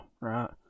right